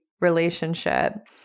relationship